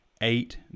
eight